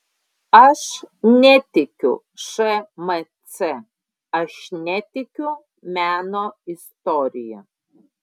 aš netikiu šmc aš netikiu meno istorija